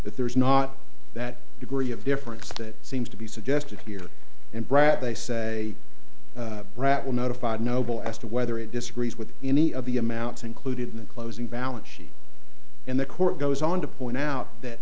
that there is not that degree of difference that seems to be suggested here and brat they say rattle notified noble as to whether it disagrees with any of the amounts included in the closing balance sheet and the court goes on to point out that